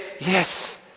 Yes